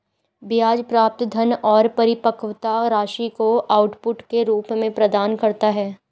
ब्याज प्राप्त धन और परिपक्वता राशि को आउटपुट के रूप में प्रदान करता है